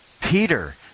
Peter